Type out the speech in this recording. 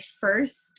first